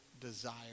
desire